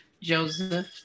Joseph